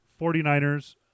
49ers